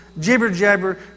jibber-jabber